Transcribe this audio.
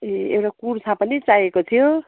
ए एउटा कुर्ता पनि चाहिएको थियो